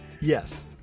Yes